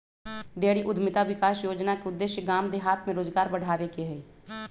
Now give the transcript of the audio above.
dairy उद्यमिता विकास योजना के उद्देश्य गाम देहात में रोजगार बढ़ाबे के हइ